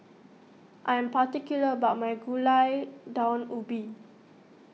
I am particular about my Gulai Daun Ubi